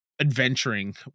adventuring